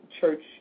church